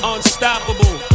Unstoppable